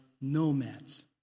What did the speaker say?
nomads